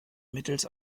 mittels